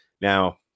Now